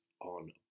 on